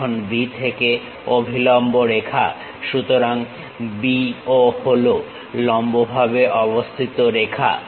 এখন B থেকে অভিলম্ব রেখা সুতরাং B ও হল লম্বভাবে অবস্থিত রেখা